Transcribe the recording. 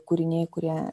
kūriniai kurie